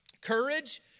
Courage